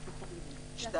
(2)